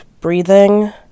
breathing